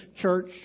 church